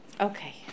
Okay